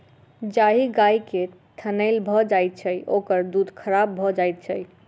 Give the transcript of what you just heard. जाहि गाय के थनैल भ जाइत छै, ओकर दूध खराब भ जाइत छै